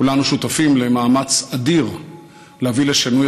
כולנו שותפים למאמץ אדיר להביא לשינוי